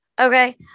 Okay